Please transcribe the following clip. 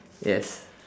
yes